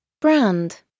Brand